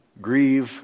grieve